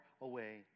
away